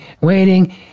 waiting